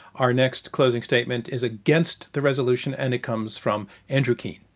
our next closing statement is against the resolution, and it comes from andrew keen.